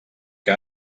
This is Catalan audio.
que